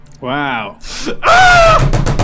Wow